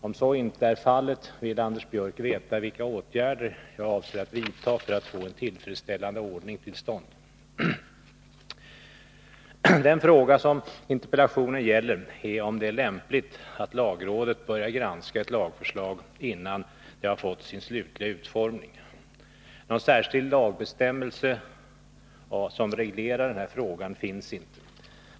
Om så inte är fallet, vill Anders Björck veta vilka åtgärder jag avser att vidta för att få en tillfredsställande ordning till stånd. Den fråga som interpellationen gäller är om det är lämpligt att lagrådet börjar granska ett lagförslag innan detta har fått sin slutgiltiga utformning. Någon särskild lagbestämmelse som reglerar frågan finns inte.